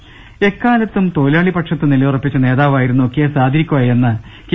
ദർവ്വെടുക എക്കാലത്തും തൊഴിലാളിപക്ഷത്ത് നിലയുറപ്പിച്ച നേതാവായിരുന്നു കെ സാദിരിക്കോയെന്ന് കെ